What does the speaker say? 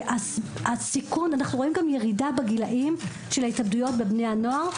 אנחנו רואים גם ירידה בגילים של ההתאבדויות בקרב בני הנוער.